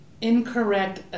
incorrect